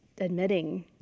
admitting